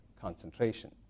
concentration